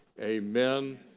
amen